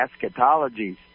eschatologies